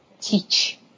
teach